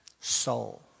Soul